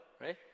right